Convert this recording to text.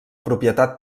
propietat